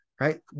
Right